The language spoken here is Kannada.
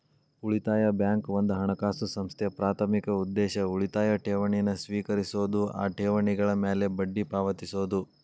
ಉಳಿತಾಯ ಬ್ಯಾಂಕ್ ಒಂದ ಹಣಕಾಸು ಸಂಸ್ಥೆ ಪ್ರಾಥಮಿಕ ಉದ್ದೇಶ ಉಳಿತಾಯ ಠೇವಣಿನ ಸ್ವೇಕರಿಸೋದು ಆ ಠೇವಣಿಗಳ ಮ್ಯಾಲೆ ಬಡ್ಡಿ ಪಾವತಿಸೋದು